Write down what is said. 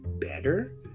better